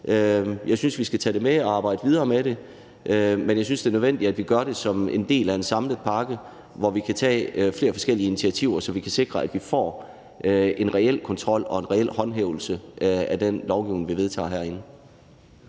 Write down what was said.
Jeg synes, vi skal tage det med og arbejde videre med det, men jeg synes, at det er nødvendigt, at vi gør det som en del af en samlet pakke, hvor vi kan tage flere forskellige initiativer, så vi kan sikre, at vi får en reel kontrol og en reel håndhævelse af den lovgivning, vi vedtager herinde.